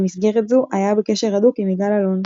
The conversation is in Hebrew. במסגרת זו היה בקשר הדוק עם יגאל אלון.